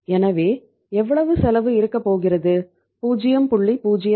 எனவே எவ்வளவு செலவு இருக்கப் போகிறது 0